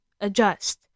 Adjust